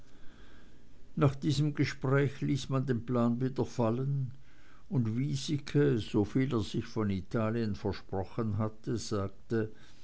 nach diesem gespräch ließ man den plan wieder fallen und wiesike soviel er sich von italien versprochen hatte sagte